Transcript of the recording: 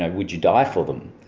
ah would you die for them?